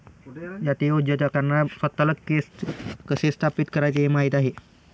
जातीय उद्योजकांना स्वतःला कसे स्थापित करायचे हे माहित आहे